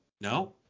no